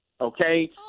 okay